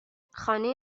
خانه